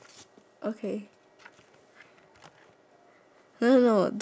no no no don't change go back to the ya